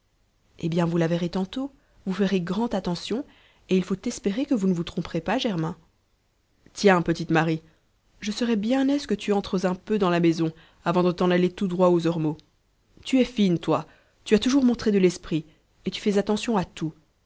eh bien vous la verrez tantôt vous ferez grande attention et il faut espérer que vous ne vous tromperez pas germain tiens petite marie je serais bien aise que tu entres un peu dans la maison avant de t'en aller tout droit aux ormeaux tu es fine toi tu as toujours montré de l'esprit et tu fais attention à tout